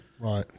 Right